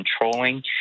controlling